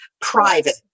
private